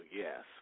yes